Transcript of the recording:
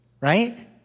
Right